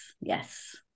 yes